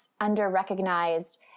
under-recognized